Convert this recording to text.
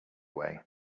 way